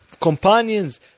companions